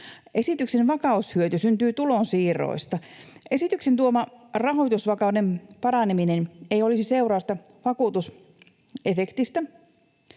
Esityksen vakaushyöty syntyy tulonsiirroista. Esityksen tuoma rahoitusvakauden paraneminen ei olisi seurausta vakuutusefektistä.